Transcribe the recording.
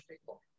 people